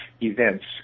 events